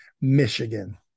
Michigan